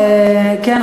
כן,